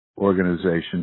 organization